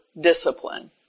discipline